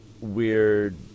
weird